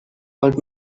old